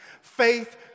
Faith